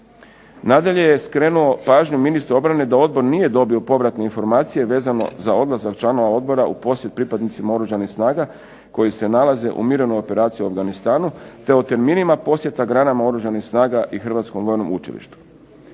Nadalje je skrenuo pažnju ministru obrane da odbor nije dobio povratne informacije vezano za odlazak članova odbor u posjet pripadnicima Oružanih snaga koji se nalaze u mirovnoj operaciji u Afganistanu te o terminima posjeta granama Oružanih snaga i Hrvatskom vojnom učilištu.